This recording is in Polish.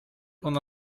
ona